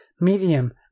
Medium